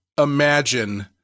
imagine